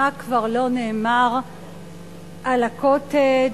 מה כבר לא נאמר על ה"קוטג'",